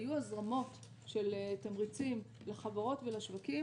היו הזרמות של תמריצים לחברות ולשווקים.